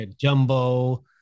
Jumbo